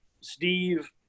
Steve